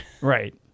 Right